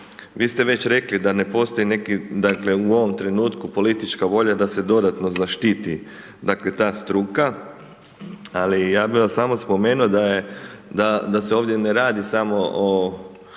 Vi ste već rekli da ne postoji neki, dakle u ovom trenutku politička volja da se dodatno zaštiti dakle ta struka, ali ja bi vam samo spomenuo da se ovdje ne radi samo o,